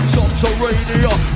Subterranean